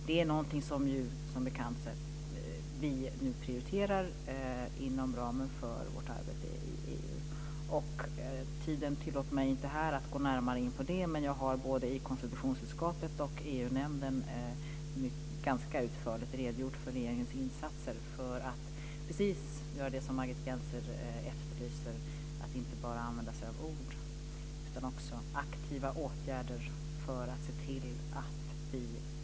Det är något som vi nu, som bekant, prioriterar inom ramen för vårt arbete i EU. Tiden tillåter mig inte här att gå närmare in på det. Jag har både i konstitutionsutskottet och EU-nämnden redogjort ganska utförligt för regeringens insatser för att göra precis det som Margit Gennser efterlyser, inte bara använda ord utan också aktiva åtgärder för att öppna EU.